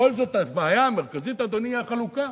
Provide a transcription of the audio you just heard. בכל זאת הבעיה המרכזית, אדוני, היא החלוקה.